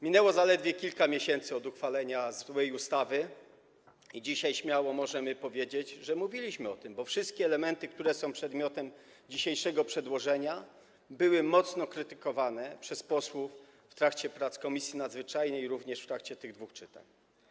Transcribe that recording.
Minęło zaledwie kilka miesięcy od uchwalenia złej ustawy i dzisiaj śmiało możemy powiedzieć, że mówiliśmy o tym, bo wszystkie elementy, które są przedmiotem dzisiejszego przedłożenia, były mocno krytykowane przez posłów w trakcie prac Komisji Nadzwyczajnej i również w trakcie tych dwóch czytań.